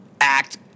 act